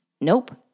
Nope